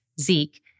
Zeke